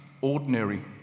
ordinary